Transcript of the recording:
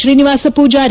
Srinivasa Poojary